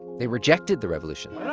they rejected the revolution